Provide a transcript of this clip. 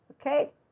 Okay